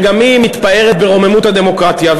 שגם היא מתפארת ברוממות הדמוקרטיה,